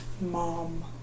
mom